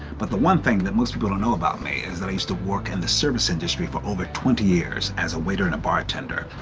but the one thing that most people don't know about me is that i used to work in the service industry for over twenty years as a waiter and a bartender.